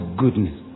goodness